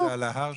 איכסאל זה על ההר?